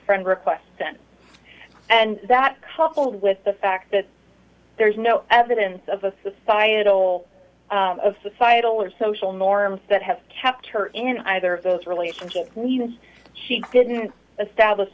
friend requests sent and that coupled with the fact that there's no evidence of a societal of societal or social norms that have kept her in either of those relationships when she didn't establish